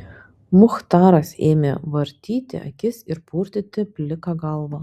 muchtaras ėmė vartyti akis ir purtyti pliką galvą